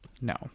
No